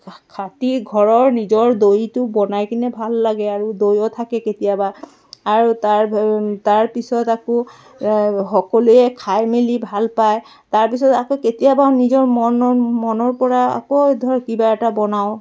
খাটি ঘৰৰ নিজৰ দৈটো বনাই কিনে ভাল লাগে আৰু দৈও থাকে কেতিয়াবা আৰু তাৰ তাৰপিছত আকৌ সকলোৱে খাই মেলি ভাল পায় তাৰপিছত আকৌ কেতিয়াবা নিজৰ মনৰ মনৰ পৰা আকৌ ধৰ কিবা এটা বনাওঁ